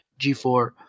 G4